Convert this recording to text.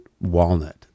walnut